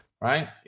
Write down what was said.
right